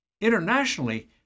Internationally